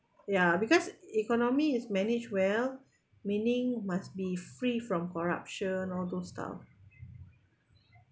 ya because economy is manage well meaning must be free from corruption all those stuff